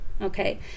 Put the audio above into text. okay